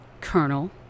Colonel